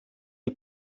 die